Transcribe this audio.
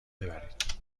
ببرید